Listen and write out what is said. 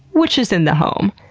which is in the home.